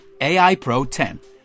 AIPRO10